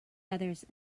others